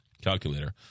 calculator